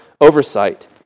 oversight